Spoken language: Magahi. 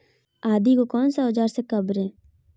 आदि को कौन सा औजार से काबरे?